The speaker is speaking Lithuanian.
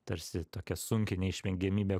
tarsi tokią sunkią neišvengiamybę